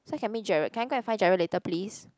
so I can meet Gerald can I go and find Gerald later please